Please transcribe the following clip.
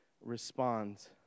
responds